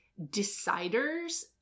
deciders